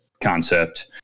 concept